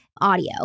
audio